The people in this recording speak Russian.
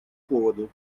поводу